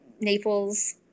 Naples